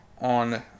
on